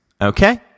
Okay